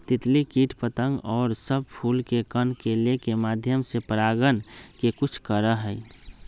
तितली कीट पतंग और सब फूल के कण के लेके माध्यम से परागण के कुछ करा हई